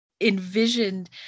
envisioned